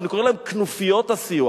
אני קורא להם "כנופיות הסיוע"